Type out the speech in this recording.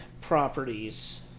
properties